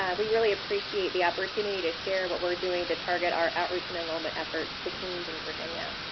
and we really appreciate the opportunity to share what we're doing to target our outreach and enrollment efforts to teens in virginia.